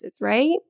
right